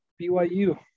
BYU –